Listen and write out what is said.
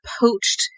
poached